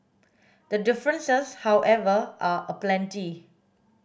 the differences however are aplenty